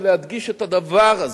ולהדגיש את הדבר הזה: